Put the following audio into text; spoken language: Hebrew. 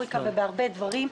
בסטטוטוריקה ובהרבה דברים.